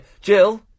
Jill